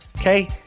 Okay